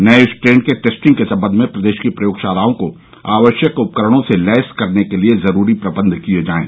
नये स्ट्रेन के टेस्टिंग के संबंध में प्रदेश की प्रयोगशालाओं को आवश्यक उपकरणों से लैस करने के लिये जरूरी प्रबंध किये जाये